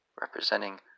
representing